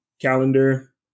calendar